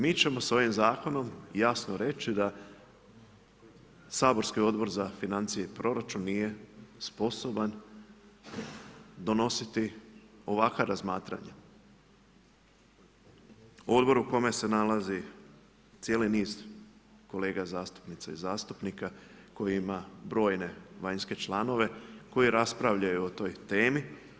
Mi ćemo s ovim zakonom jasno reći da saborski odbor za financije i proračun nije sposoban donositi ovakva razmatranja odboru u kome se nalazi cijeli niz kolega zastupnica i zastupnika, koji ima brojne vanjske članove koji raspravljaju o toj temi.